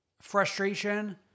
frustration